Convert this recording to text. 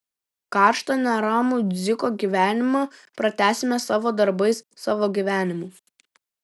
karštą neramų dziko gyvenimą pratęsime savo darbais savo gyvenimu